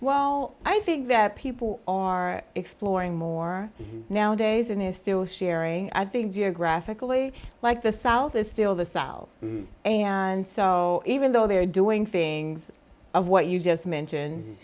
well i think that people are exploring more nowadays and is still sharing i think geographically like the south is still the south and so even though they're doing things of what you just mentioned